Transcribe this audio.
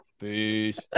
Peace